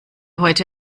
heute